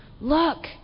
look